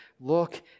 Look